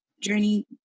journey